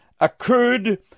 occurred